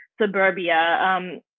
suburbia